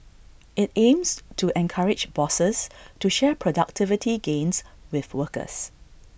IT aims to encourage bosses to share productivity gains with workers